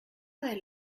del